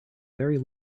very